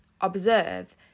observe